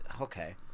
Okay